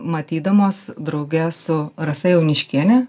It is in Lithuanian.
matydamos drauge su rasa jauniškienė